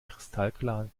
kristallklaren